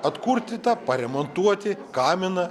atkurti tą paremontuoti kaminą